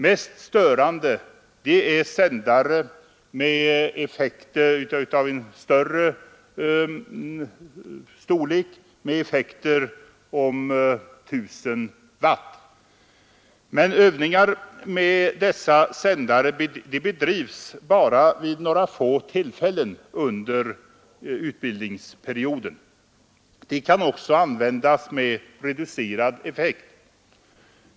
Mest störande är större sändare med effekter om 1 000 Watt. Men övningar med dessa sändare bedrivs bara vid några få tillfällen under utbildningsperioden. Sändarna kan också användas med reducerad effekt.